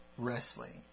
Wrestling